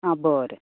हां बरे